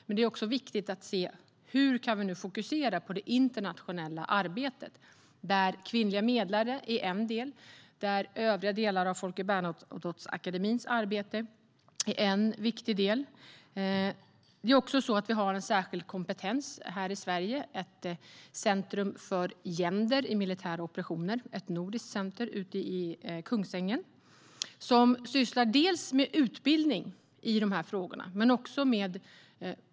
Men det är också viktigt att se hur vi nu kan fokusera på det internationella arbetet, där kvinnliga medlare är en del och där övriga delar av Folke Bernadotteakademins arbete är en annan viktig del. Vi har en särskild kompetens här i Sverige, ett nordiskt center för gender i militära operationer ute i Kungsängen, som sysslar dels med utbildning i dessa frågor, dels med policyarbete.